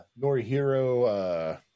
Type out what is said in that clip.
Norihiro